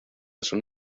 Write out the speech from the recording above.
son